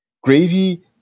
Gravy